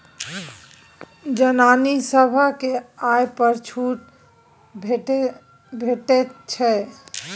जनानी सभकेँ आयकर पर छूट भेटैत छै